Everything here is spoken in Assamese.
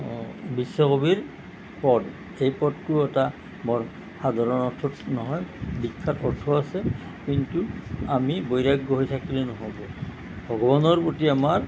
বিশ্বকবিৰ পদ এই পদটো এটা বৰ সাধাৰণ অৰ্থত নহয় বিখ্যাত অৰ্থ আছে কিন্তু আমি বৈৰাগ্য হৈ থাকিলে নহ'ব ভগৱানৰ প্ৰতি আমাৰ